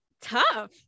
tough